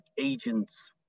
agents